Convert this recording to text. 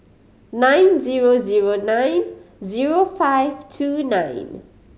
nine zero zero nine zero five two nine